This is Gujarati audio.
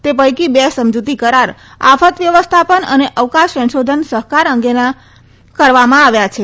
તે પૈકી બે સમજુતી કરાર આફત વ્યવસ્થાપન અને અવકાશ સંશોધન સહકાર અંગેના કરવામાં આવ્યા છે